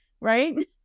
Right